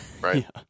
Right